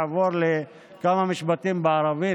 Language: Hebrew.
אני רוצה לעבור לכמה משפטים בערבית,